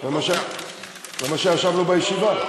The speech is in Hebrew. זה מה שאמרנו בישיבה.